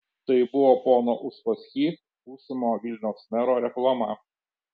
tai buvo pono uspaskich būsimo vilniaus mero reklama